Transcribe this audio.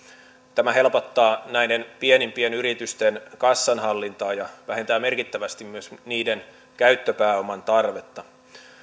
tämä helpottaa näiden pienimpien yritysten kassanhallintaa ja vähentää merkittävästi myös niiden käyttöpääoman tarvetta